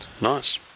nice